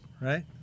right